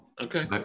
Okay